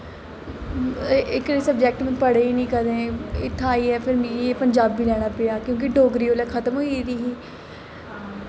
एह्कड़े सबजैक्ट मे पढ़े गै निं कदैं इत्थै आइयै मिगी पंजाबी लैनां पेआ क्योंकि डोगरी उसलै खत्म होई गेदी ही